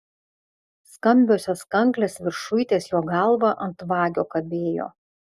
skambiosios kanklės viršuj ties jo galva ant vagio kabėjo